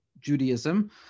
Judaism